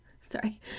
sorry